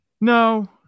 No